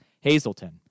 Hazleton